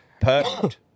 perfect